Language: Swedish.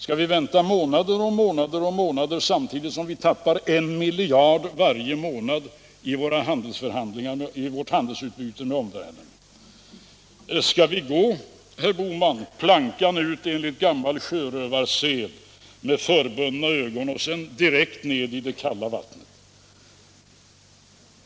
Skall vi vänta i månader och månader och månader, samtidigt som vi tappar 1 miljard varje månad i vårt handelsutbyte med omvärlden? Skall vi gå, herr Bohman, plankan ut enligt gammal sjörövarsed med förbundna ögon och sedan hamna direkt i det kalla vattnet?